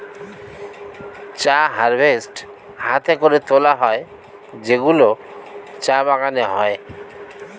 চা হারভেস্ট হাতে করে তোলা হয় যেগুলো চা বাগানে হয়